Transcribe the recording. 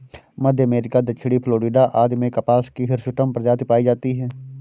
मध्य America, दक्षिणी Florida आदि में कपास की हिर्सुटम प्रजाति पाई जाती है